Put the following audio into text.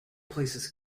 places